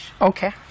okay